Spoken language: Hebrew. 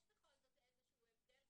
יש בכל זאת איזשהו הבדל.